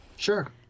Sure